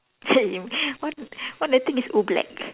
what what the theme is Oobleck